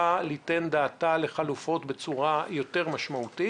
ליתן דעתה לחלופות בצורה יותר משמעותית,